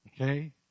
Okay